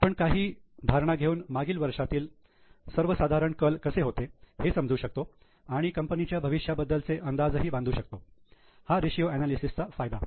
आपण काही ही धारणा घेऊन मागील वर्षांतील सर्वसाधारण कल कसे होते हे समजू शकतो आणि कंपनीच्या भविष्याबद्दलचे अंदाज बांधू शकतो हा रेशिओ चा फायदा आहे